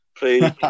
Please